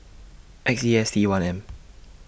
X E S T one M